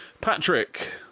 Patrick